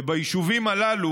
וביישובים הללו,